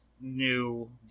new